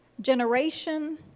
generation